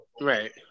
Right